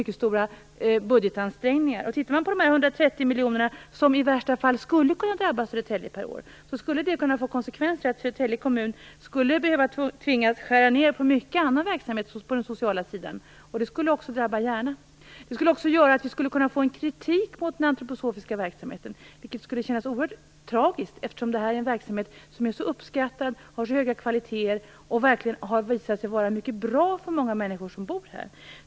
Den kostnadsökning på 130 miljoner som i värsta fall skulle kunna drabba Södertälje per år skulle kunna leda till att kommunen tvingades skära ner på mycket annan verksamhet på den sociala sidan, och det skulle också drabba Järna. Det skulle också kunna ge upphov till en kritik mot den antroposofiska verksamheten, vilket skulle kännas oerhört tragiskt, eftersom det här är en verksamhet som är så uppskattad, är av så hög kvalitet och verkligen har visat sig vara mycket bra för många människor som bor där.